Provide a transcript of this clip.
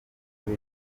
kuri